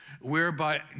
whereby